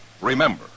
remember